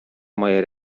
moje